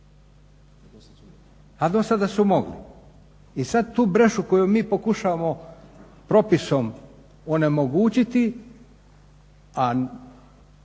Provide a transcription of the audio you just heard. a dosada su mogli. I sad tu brešu koju mi pokušavamo propisom onemogućiti, a